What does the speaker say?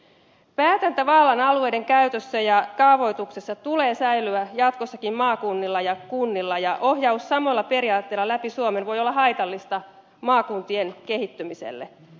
päätäntävallan alueiden käytössä ja kaavoituksessa tulee säilyä jatkossakin maakunnilla ja kunnilla ja ohjaus samoilla periaatteilla läpi suomen voi olla haitallista maakuntien kehittymiselle